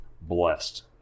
blessed